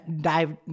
dive